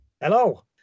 Hello